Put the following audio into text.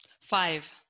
Five